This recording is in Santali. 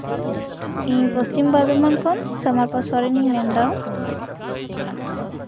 ᱤᱧ ᱯᱚᱥᱪᱤᱢ ᱵᱚᱨᱫᱷᱚᱢᱟᱱ ᱠᱷᱚᱱ ᱥᱚᱱᱚᱠᱟ ᱥᱚᱨᱮᱱᱤᱧ ᱢᱮᱱᱫᱟ